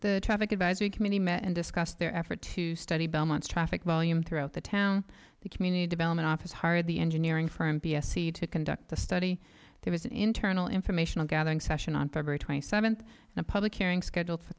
the traffic advisory committee met and discuss their effort to study belmont's traffic volume throughout the town the community development office hired the engineering firm p s e to conduct the study there was an internal informational gathering session on february twenty seventh in a public hearing scheduled for